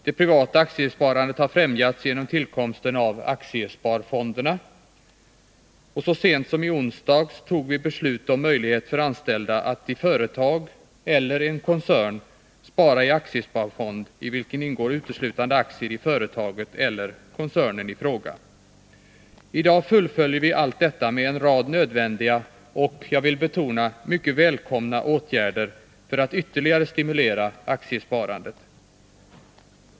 Det privata aktiesparandet har främjats genom tillkomsten av aktiesparfonderna. Så sent som i onsdags fattade vi beslut om möjlighet för anställda inom ett företag eller en koncern att spara i aktiesparfond, där det uteslutande ingår aktier i företaget eller koncernen i fråga. I dag fullföljer vi allt detta med en rad nödvändiga och — vill jag betona — mycket välkomna åtgärder för att ytterligare stimulera aktiesparandet.